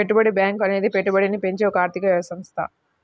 పెట్టుబడి బ్యాంకు అనేది పెట్టుబడిని పెంచే ఒక ఆర్థిక సంస్థ